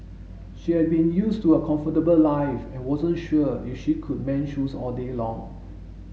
she had been used to a comfortable life and wasn't sure if she could mend shoes all day long